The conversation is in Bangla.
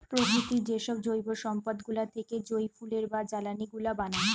প্রকৃতির যেসব জৈব সম্পদ গুলা থেকে যই ফুয়েল বা জ্বালানি গুলা বানায়